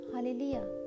Hallelujah